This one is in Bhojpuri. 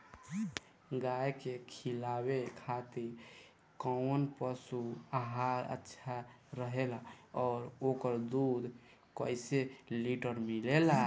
गाय के खिलावे खातिर काउन पशु आहार अच्छा रहेला और ओकर दुध कइसे लीटर मिलेला?